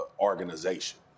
organization